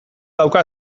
dauka